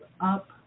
up